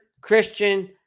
Christian